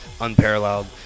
unparalleled